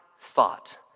thought